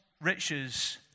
riches